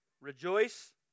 Rejoice